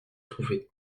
trouver